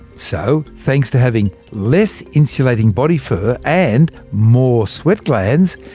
so thanks to having less insulating body fur and more sweat glands,